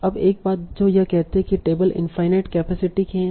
अब एक बात जो यह कहती है कि टेबल इनफाईनाईट कैपेसिटी की हैं